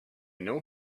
know